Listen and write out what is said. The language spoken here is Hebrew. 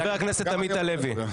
חבר הכנסת עמית הלוי.